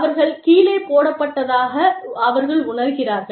அவர்கள் கீழே போடப்பட்டதாக அவர்கள் உணர்கிறார்கள்